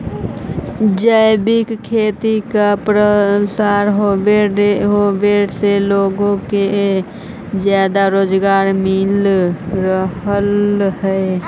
जैविक खेती का प्रसार होवे से लोगों को ज्यादा रोजगार मिल रहलई हे